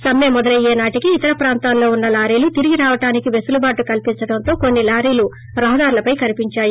సమ్మె మొదలయ్యే నాటికి ఇతర ప్రాంతాలలో ఉన్న లారీలు తిరిగి రావడానికి వెసులు బాటు కల్పించడంతో కొన్ని లారీలు రహదార్లపై కనిపించాయి